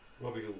Robbie